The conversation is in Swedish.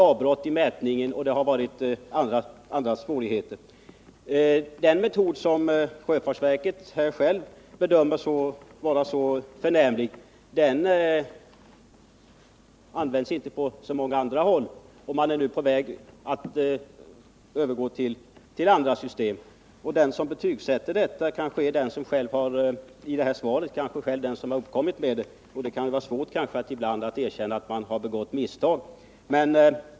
Avbrott i mätningarna har också skett och även andra svårigheter har förekommit. Den metod som sjöfartsverket självt bedömer vara så förnämlig används inte på så många andra håll. Man är nu på väg att övergå till andra system. Den som i svaret betygsätter detta system är kanske den som själv har kommit upp med det, och det kan ibland vara svårt att erkänna att man har begått ett misstag.